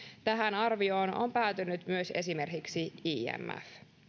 tähän arvioon on päätynyt myös esimerkiksi imf